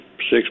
Six